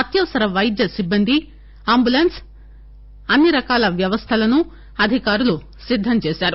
అత్యవసర వైద్య సిబ్బంది అంబులెన్స్ అన్ని రకాల వ్యవస్థలను అధికారులు సిద్గం చేశారు